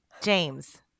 james